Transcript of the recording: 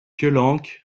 piolenc